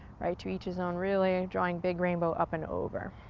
right, to each his own, really drawing big rainbow up and over.